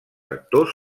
actors